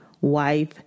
wife